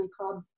club